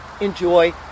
enjoy